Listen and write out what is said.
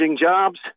jobs